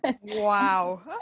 Wow